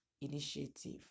initiative